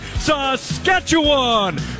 Saskatchewan